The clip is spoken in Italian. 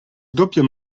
doppio